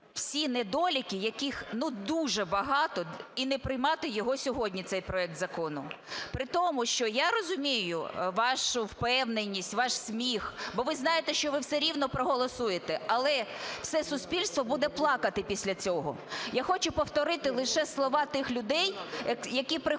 всі недоліки, яких дуже багато, і не приймати його сьогодні, цей проект закону? При тому, що я розумію вашу впевненість, ваш сміх, бо ви знаєте, що ви все рівно проголосуєте, але все суспільство буде плакати після цього. Я хочу повторити лише слова тих людей, які приходили